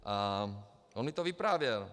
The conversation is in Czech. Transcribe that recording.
A on mi to vyprávěl.